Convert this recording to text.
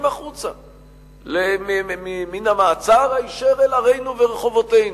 מן המעצר היישר אל ערינו ורחובותינו.